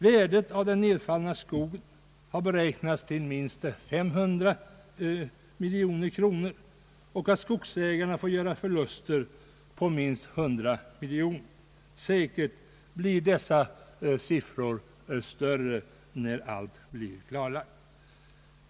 Värdet av den nedfallna skogen har beräknats till minst 500 miljoner kronor, och skogsägarna får göra förluster på minst 100 miljoner. Säkert blir dessa siffror större när allt blir klarlagt.